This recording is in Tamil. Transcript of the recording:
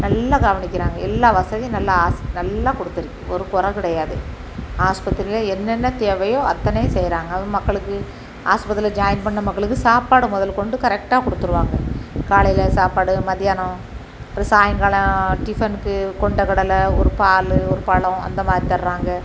நல்லா கவனிக்கிறாங்க எல்லா வசதியும் நல்லா நல்லா கொடுத்துருக்கு ஒரு கொறை கிடையாது ஆஸ்பத்திரில என்னென்ன தேவையோ அத்தனையும் செய்கிறாங்க மக்களுக்கு ஆஸ்பத்திரியில் ஜாய்ன் பண்ண மக்களுக்கு சாப்பாடு முதல் கொண்டு கரெக்ட்டாக கொடுத்துருவாங்க காலையில் சாப்பாடு மதியானம் அப்பறம் சாய்ங்காலம் டிபனுக்கு கொண்டை கடலை ஒரு பால் ஒரு பழம் அந்தமாதிரி தர்றாங்க